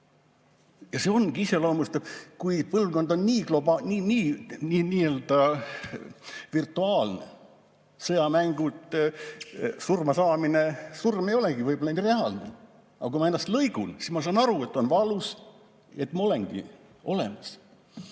elus. See iseloomustabki, kui põlvkond on nii nii-öelda virtuaalne, sõjamängud, surmasaamine, surm ei olegi võib-olla neile reaalne. Aga kui ma ennast lõigun, siis ma saan aru, et on valus, et ma olengi olemas. Nii